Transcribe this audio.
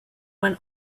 went